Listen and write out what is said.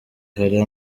hari